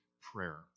prayer